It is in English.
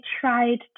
tried